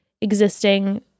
existing